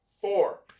Four